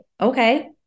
Okay